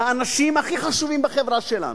האנשים הכי חשובים בחברה שלנו,